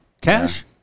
Cash